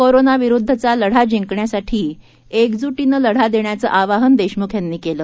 corona विरुद्धचा लढा जिंकण्यासाठी एकजु ीनं लढा देण्याचं आवाहन देशमुख यांनी केलं